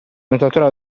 nuotare